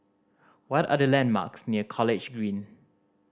what are the landmarks near College Green